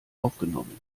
aufgenommen